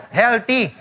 healthy